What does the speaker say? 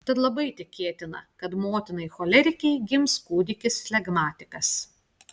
tad labai tikėtina kad motinai cholerikei gims kūdikis flegmatikas